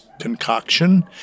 concoction